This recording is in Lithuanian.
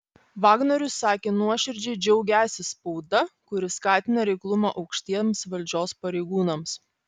vagnorius sakė nuoširdžiai džiaugiąsis spauda kuri skatina reiklumą aukštiems valdžios pareigūnams